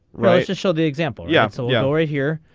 right to show the example yeah so yeah we're here.